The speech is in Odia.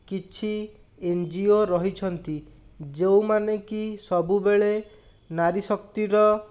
କିଛି ଏନ୍ ଜି ଓ ରହିଛନ୍ତି ଯେଉଁମାନେକି ସବୁବେଳେ ନାରୀଶକ୍ତିର